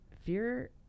Fear